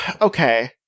Okay